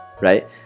Right